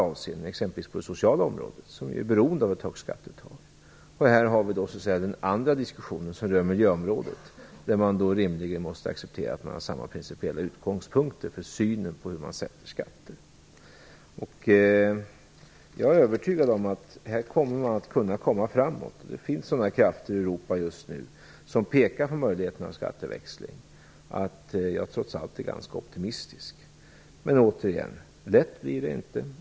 På exempelvis det sociala området, som är beroende av ett högt skatteuttag, kommer den andra diskussionen in som också rör miljöområdet, dvs. att man rimligen måste acceptera samma principiella utgångspunkter för synen på hur man fastställer skatter. Jag är övertygad om att det här finns möjligheter att komma framåt. Det finns krafter i Europa just nu som pekar på möjligheterna med skatteväxling. Det gör att jag trots allt är ganska optimistisk. Men återigen: lätt blir det inte.